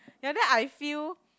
yea then I feel